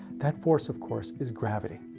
that force of course is gravity.